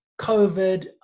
COVID